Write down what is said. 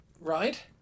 Right